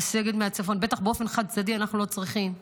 בטח באופן חד-צדדי אנחנו לא צריכים.